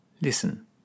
listen